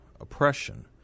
oppression